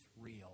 real